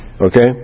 Okay